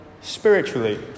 spiritually